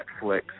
Netflix